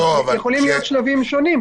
יכולים להיות שלבים שונים,